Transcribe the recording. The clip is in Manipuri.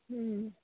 ꯎꯝ